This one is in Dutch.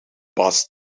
past